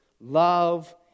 Love